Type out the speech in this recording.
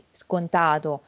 scontato